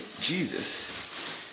Jesus